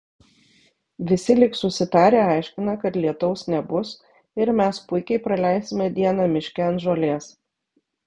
visi lyg susitarę aiškina kad lietaus nebus ir mes puikiai praleisime dieną miške ant žolės